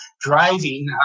driving